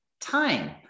time